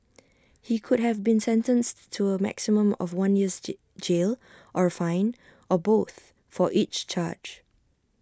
he could have been sentenced to A maximum of one year's ji jail or A fine or both for each charge